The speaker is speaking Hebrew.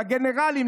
לגנרלים,